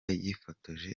yifotoje